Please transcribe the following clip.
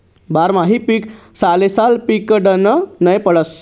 बारमाही पीक सालेसाल पिकाडनं नै पडस